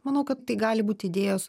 manau kad tai gali būt idėjos